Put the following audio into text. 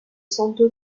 santo